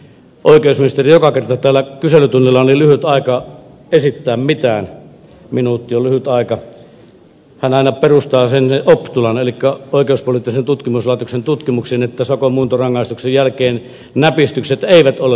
oikeusministeri joka kerta täällä kyselytunnilla on niin lyhyt aika esittää mitään minuutti on lyhyt aika aina perustaa sen optulan elikkä oikeuspoliittisen tutkimuslaitoksen tutkimuksiin että sakonmuuntorangaistuksen jälkeen näpistykset eivät ole lisääntyneet